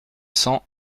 cent